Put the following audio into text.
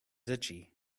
itchy